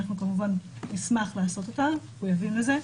אנחנו כמובן נשמח לעשות אותה, אנחנו מחויבים לזה.